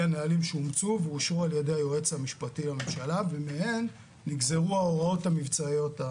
הנהלים שאושרו על ידי היועץ המשפטי לממשלה ומהם נגזרו ההוראות המבצעיות.